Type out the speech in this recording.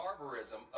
barbarism